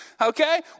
Okay